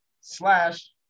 slash